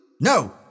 No